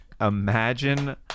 imagine